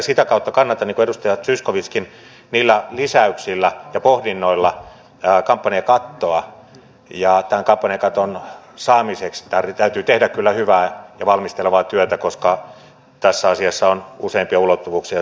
sitä kautta kannatan niin kuin edustaja zyskowiczkin niillä lisäyksillä ja pohdinnoilla kampanjakattoa ja tämän kampanjakaton saamiseksi täytyy tehdä kyllä hyvää ja valmistelevaa työtä koska tässä asiassa on useampia ulottuvuuksia jotka äsken tulivat esiin